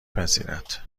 پذیرد